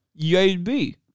UAB